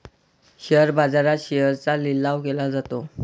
share बाजारात शेअर्सचा लिलाव केला जातो